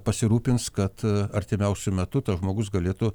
pasirūpins kad artimiausiu metu tas žmogus galėtų